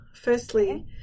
Firstly